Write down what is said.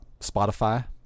Spotify